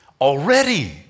Already